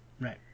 Right